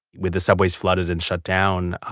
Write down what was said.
with the subways flooded and shut down,